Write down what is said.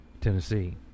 Tennessee